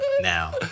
now